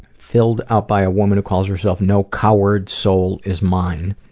filled out by a woman who calls herself no coward's soul is mine,